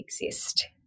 exist